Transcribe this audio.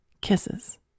Kisses